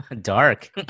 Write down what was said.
Dark